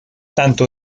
tanto